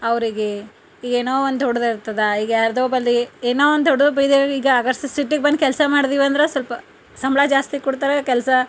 ಅವರಿಗೆ ಏನೋ ಒಂದು ದೊಡ್ಡದಿರ್ತದ ಈಗ ಯಾರದೋ ಬದಲಿ ಏನೋ ಒಂದು ದೊಡ್ಡದು ಬೀದಿಯಾಗೆ ಈಗ ಅಗರ್ಸೆ ಸಿಟಿಗೆ ಬಂದು ಕೆಲಸ ಮಾಡ್ದೀವಂದ್ರೆ ಸ್ವಲ್ಪ ಸಂಬಳ ಜಾಸ್ತಿ ಕೊಡ್ತಾರೆ ಕೆಲಸ